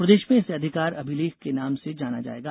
प्रदेश में इसे अधिकार अभिलेख के नाम से जाना जाएगा